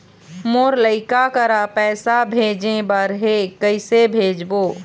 मोर लइका करा पैसा भेजें बर हे, कइसे भेजबो?